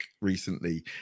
recently